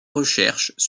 recherches